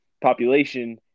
population